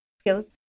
skills